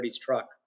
truck